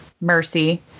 mercy